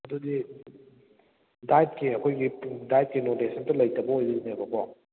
ꯑꯗꯨꯗꯤ ꯗꯥꯏꯠꯀꯤ ꯑꯩꯈꯣꯏꯒꯤ ꯗꯥꯏꯠꯀꯤ ꯅꯣꯂꯦꯖ ꯑꯝꯇ ꯂꯩꯇꯕ ꯑꯣꯏꯗꯣꯏꯅꯦꯕꯀꯣ